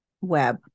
web